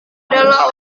adalah